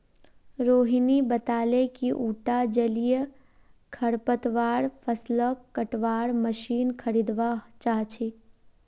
रोहिणी बताले कि उटा जलीय खरपतवार फ़सलक कटवार मशीन खरीदवा चाह छ